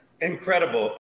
incredible